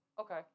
okay